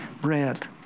bread